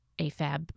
AFAB